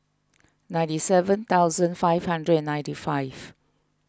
ninety seven thousand five hundred and ninety five